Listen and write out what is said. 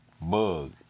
Bug